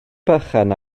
bychan